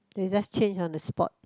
they just change on the spot